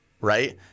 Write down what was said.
right